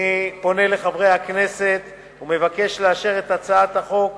אני פונה לחברי הכנסת ומבקש לאשר את הצעת החוק,